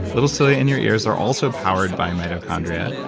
little cilia in your ears are also powered by mitochondria,